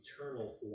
eternal